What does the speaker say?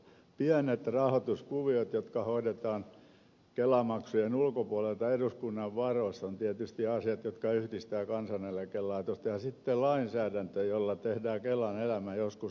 pienet rahoituskuviot jotka hoidetaan kelamaksujen ulkopuolelta eduskunnan varoista ovat tietysti asioita jotka yhdistävät kansaneläkelaitokseen ja sitten lainsäädäntö jolla tehdään kelan elämä joskus aika hankalaksi